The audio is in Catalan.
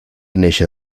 néixer